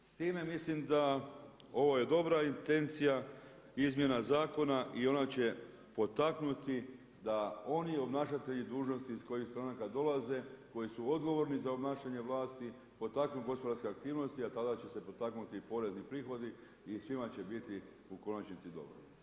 S time mislim da ovo je dobra intencija izmjena zakona i ona će potaknuti da oni obnašatelji dužnosti iz kojih stranaka dolaze, koji su odgovorni za obnašanje vlasti potaknu gospodarske aktivnosti a tada će se potaknuti i porezni prihodi i svima će biti u konačnici dobro.